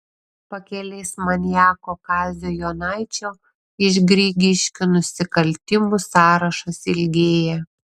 pakelės maniako kazio jonaičio iš grigiškių nusikaltimų sąrašas ilgėja